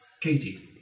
Katie